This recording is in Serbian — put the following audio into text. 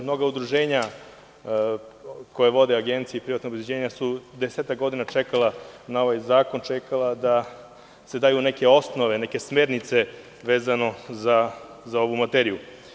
Mnoga udruženja koja vode agencije i privatna obezbeđenja su desetak godina čekala na ovaj zakon, čekala da se daju neke osnove, neke smernice vezano za ovu materiju.